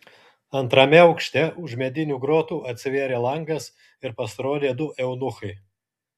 antrame aukšte už medinių grotų atsivėrė langas ir pasirodė du eunuchai